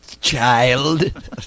child